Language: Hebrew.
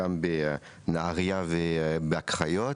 גם בנהריה ובקריות.